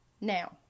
Now